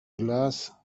glass